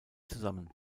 zusammen